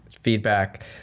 feedback